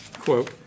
quote